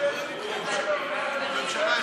אבל,